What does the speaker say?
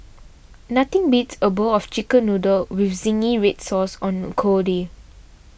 nothing beats a bowl of Chicken Noodles with Zingy Red Sauce on a cold day